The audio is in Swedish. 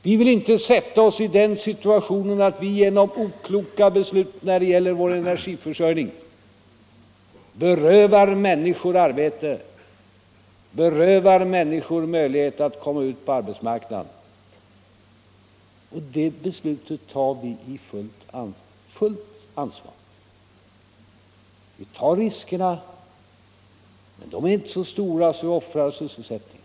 Vi vill inte försätta oss i den situationen att vi genom okloka beslut när det gäller vår energiförsörjning berövar människor arbete, berövar människor möjlighet att komma ut på ar .betsmarknaden. Och det beslutet tar vi med fullt ansvar. Vi tar riskerna, men de är inte så stora att vi vill offra sysselsättningen.